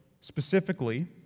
specifically